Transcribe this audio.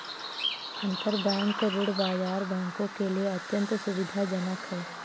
अंतरबैंक ऋण बाजार बैंकों के लिए अत्यंत सुविधाजनक है